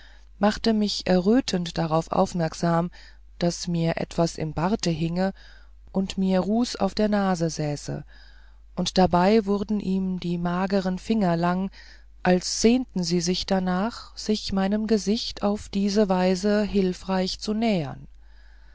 machte mich errötend darauf aufmerksam daß mir etwas im barte hinge daß mir ruß auf der nase säße und dabei wurden ihm die mageren finger lang als sehnten sie sich danach sich meinem gesichte auf diese weise hilfreich zu nähern